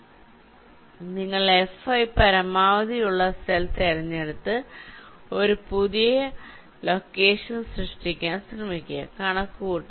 അതിനാൽ നിങ്ങൾ Fi പരമാവധി ഉള്ള സെൽ തിരഞ്ഞെടുത്ത് അതിനായി ഒരു പുതിയ ലൊക്കേഷൻ സൃഷ്ടിക്കാൻ ശ്രമിക്കുക കണക്കുകൂട്ടുക